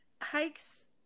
hikes